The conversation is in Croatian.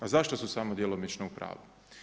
A zašto su samo djelomično u pravu?